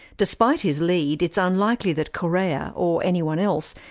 despite his lead, it's unlikely that correa, or anyone else,